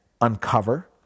uncover